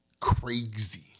crazy